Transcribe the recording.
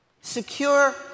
secure